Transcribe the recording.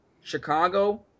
Chicago